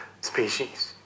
species